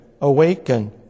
awaken